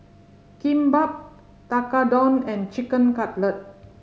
Kimbap Tekkadon and Chicken Cutlet